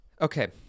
Okay